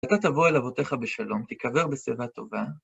אתה תבוא אל אבותיך בשלום, תיקבר בשיבה טובה.